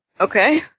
Okay